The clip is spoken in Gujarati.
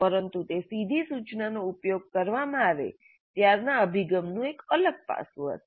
પરંતુ તે સીધી સૂચનાનો ઉપયોગ કરવામાં આવે ત્યારનાં અભિગમ નું એક અલગ પાસુ હશે